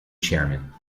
chairman